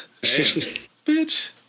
Bitch